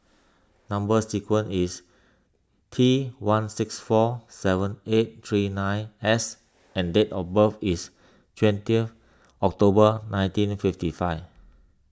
Number Sequence is T one six four seven eight three nine S and date of birth is twenty of October nineteen fifty five